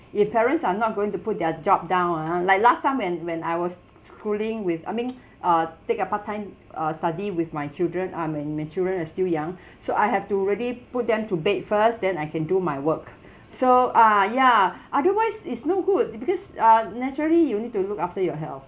if parents are not going to put their job down ah like last time when when I was schooling with I mean uh take a part time uh study with my children I mean my children are still young so I have to really put them to bed first then I can do my work so ah ya otherwise it's no good because uh naturally you need to look after your health